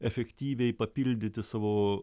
efektyviai papildyti savo